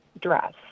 dress